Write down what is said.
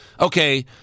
Okay